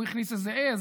הוא הכניס איזה עז,